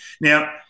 now